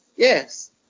Yes